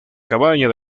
cabaña